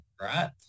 right